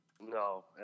No